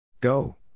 Go